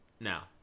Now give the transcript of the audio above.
Now